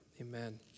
Amen